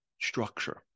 structure